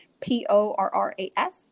P-O-R-R-A-S